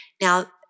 Now